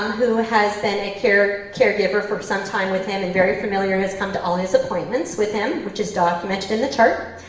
who has been a caregiver for some time with him, and very familiar and has come to all his appointments with him which is documented in the charts,